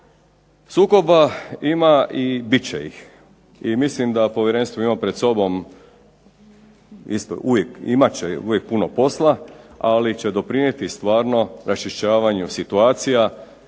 Sukoba ima i biti će ih, i mislim da Povjerenstvo ima pred sobom, imat će uvijek puno posla ali će doprinijeti raščišćavanju situacija,